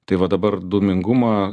tai va dabar dūmingumą